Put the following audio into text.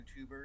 YouTubers